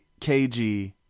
KG